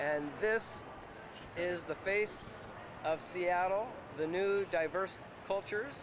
and this is the face of seattle the new diverse cultures